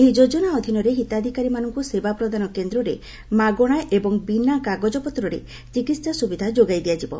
ଏହି ଯୋଜନା ଅଧୀନରେ ହିତାଧିକାରୀମାନଙ୍କୁ ସେବା ପ୍ରଦାନ କେନ୍ଦ୍ରରେ ମାଗଣା ଏବଂ ବିନା କାଗଜପତ୍ରରେ ଚିକିତ୍ସା ସୁବିଧା ଯୋଗାଇ ଦିଆଯିବ